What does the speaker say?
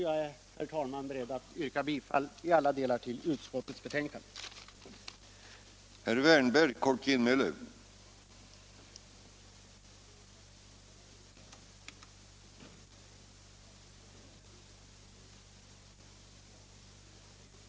Jag yrkar, herr talman, bifall till utskottets hemställan i alla delar.